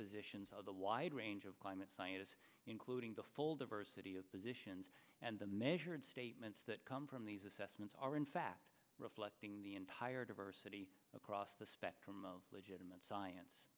positions of a wide range of climate scientists including the full diversity of positions and the measured statements that come from these assessments are in fact reflecting the entire diversity across the spectrum of legitimate science